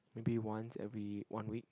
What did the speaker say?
maybe once every one week